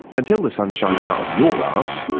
until the sun shines out of your arse,